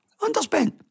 Underspent